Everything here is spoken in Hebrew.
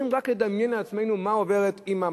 אנחנו צריכים רק לדמיין לעצמנו מה עוברת אמא,